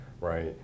right